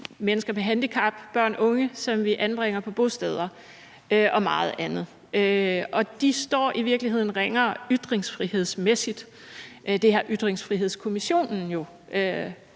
mennesker med handicap, børn og unge, som vi anbringer på bosteder, og meget andet. De står i virkeligheden ringere ytringsfrihedsmæssigt. Det har Ytringsfrihedskommissionen jo